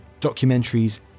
documentaries